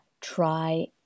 try